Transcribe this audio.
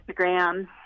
Instagram